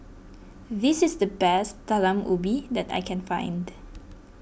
this is the best Talam Ubi that I can find